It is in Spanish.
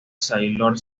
sailor